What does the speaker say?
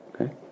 Okay